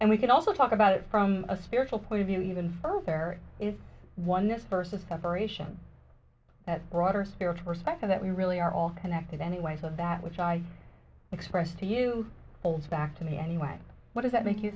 and we can also talk about it from a spiritual point of view even further is one this verse of separation as writer spiritual perspective that we really are all connected anyway so that which i express to you hold back to me anyway what does that make you